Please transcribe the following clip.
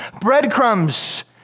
breadcrumbs